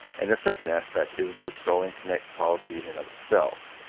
and the second aspect is the starling connect policy in and of itself.